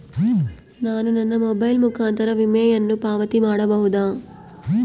ನಾನು ನನ್ನ ಮೊಬೈಲ್ ಮುಖಾಂತರ ವಿಮೆಯನ್ನು ಪಾವತಿ ಮಾಡಬಹುದಾ?